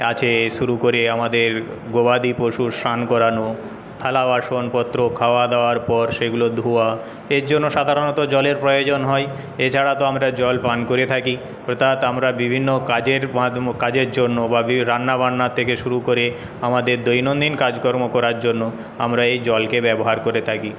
আছে শুরু করে আমাদের গবাদি পশুর সান করানো থালা বাসনপত্র খাওয়া দাওয়ার পর সেগুলো ধোয়া এরজন্য সাধারণত জলের প্রয়োজন হয় এছাড়া তো আমরা জল পান করে থাকি অর্থাৎ আমরা বিভিন্ন কাজের মাধ্য কাজের জন্য বা রান্নাবান্না থেকে শুরু করে আমাদের দৈনন্দিন কাজকর্ম করার জন্য আমরা এই জলকে ব্যবহার করে থাকি